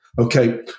Okay